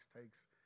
takes